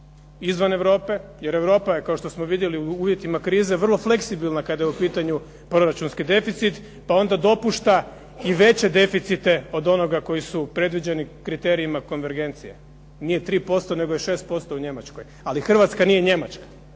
izvan Europe, jer Europa je kao što smo vidjeli u uvjetima krize vrlo fleksibilna kada je u pitanju proračunski deficit onda dopušta i veće deficite od onoga koji su predviđeni kriterijima konvergencije, nije 3% nego je 6% u Njemačkoj. Ali Hrvatska nije Njemačka,